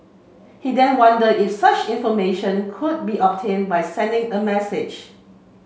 he then wonder if such information could be obtain by sending a message